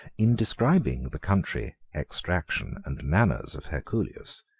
in describing the country, extraction, and manners of herculius,